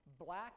black